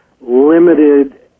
limited